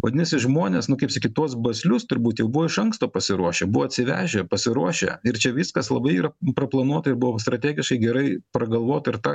vadinasi žmonės nu kaip sakyt tuos baslius turbūt jau buvo iš anksto pasiruošę buvo atsivežę pasiruošę ir čia viskas labai yra proplanuota ir buvo strategiškai gerai pragalvota ir tą